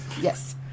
Yes